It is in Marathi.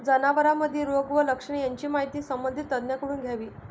जनावरांमधील रोग व लक्षणे यांची माहिती संबंधित तज्ज्ञांकडून घ्यावी